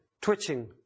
twitching